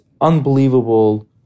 unbelievable